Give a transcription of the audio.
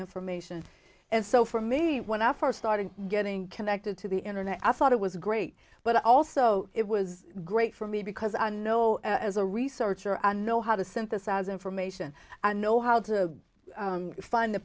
information and so for me when i first started getting connected to the internet i thought it was great but also it was great for me because i know as a researcher i know how to synthesize information and know how to find the